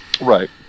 Right